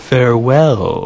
Farewell